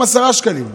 גם עשרה שקלים,